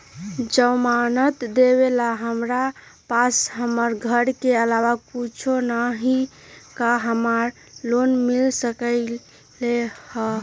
जमानत देवेला हमरा पास हमर घर के अलावा कुछो न ही का हमरा लोन मिल सकई ह?